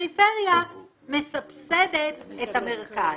הפריפריה מסבסדת את המרכז.